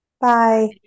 Bye